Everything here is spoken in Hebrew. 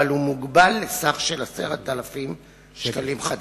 אבל הוא מוגבל לסך 10,000 ש"ח.